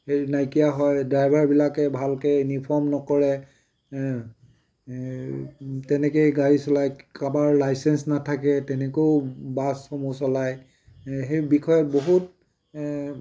হেৰি নাইকিয়া হয় ড্ৰাইভাৰবিলাকে ভালকৈ ইউনিফৰ্ম নকৰে তেনেকেই গাড়ী চলায় কাৰোবাৰ লাইচেন্স নাথাকে তেনেকৈও বাছসমূহ চলায় সেই বিষয়ত বহুত